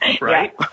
Right